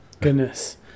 Goodness